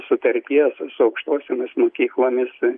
sutarties su aukštosiomis mokyklomis